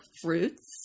fruits